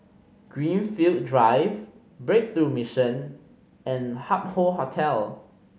Greenfield Drive Breakthrough Mission and Hup Hoe Hotel